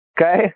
Okay